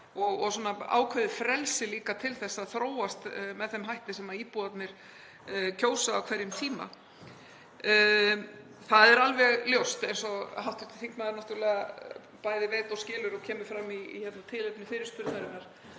og ákveðið frelsi líka til að þróast með þeim hætti sem íbúarnir kjósa á hverjum tíma. Það er alveg ljóst, eins og hv. þingmaður náttúrlega bæði veit og skilur og kemur fram í tilefni fyrirspurnarinnar,